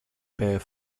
bare